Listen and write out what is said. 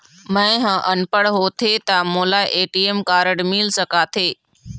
मैं ह अनपढ़ होथे ता मोला ए.टी.एम कारड मिल सका थे?